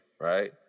right